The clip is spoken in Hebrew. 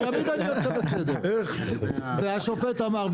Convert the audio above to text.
השופט אמר,